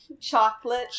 Chocolate